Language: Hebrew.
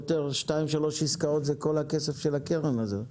שתיים שלוש עסקאות זה פחות או יותר כל הכסף של הקרן הזאת.